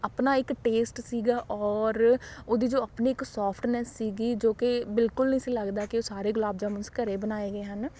ਆਪਣਾ ਇੱਕ ਟੇਸਟ ਸੀਗਾ ਔਰ ਉਹਦੀ ਜੋ ਆਪਣੀ ਇੱਕ ਸੋਫਟਨੈੱਸ ਸੀਗੀ ਜੋ ਕਿ ਬਿਲਕੁਲ ਨਹੀਂ ਸੀ ਲੱਗਦਾ ਕਿ ਉਹ ਸਾਰੇ ਗੁਲਾਬ ਜਾਮੁਨਸ ਘਰ ਬਣਾਏ ਗਏ ਹਨ